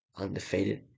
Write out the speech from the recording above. undefeated